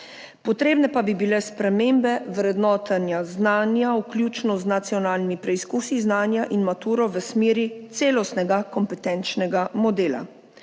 potrebne pa bi bile spremembe vrednotenja znanja, vključno z nacionalnimi preizkusi znanja in maturo v smeri celostnega kompetenčnega modela.